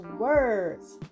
words